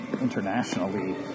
internationally